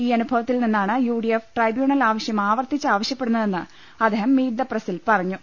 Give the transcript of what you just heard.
ഈ അനുഭവത്തിൽ നിന്നാണ് യു ഡി എഫ് ട്രൈബ്യൂണൽ ആവശ്യം ആവർത്തിച്ച് ആവശ്യപ്പെടുന്നതെന്ന് അദ്ദേഹം മീറ്റ് ദ പ്രസിൽ പറഞ്ഞു